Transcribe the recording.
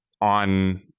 on